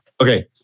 Okay